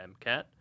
MCAT